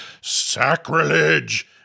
sacrilege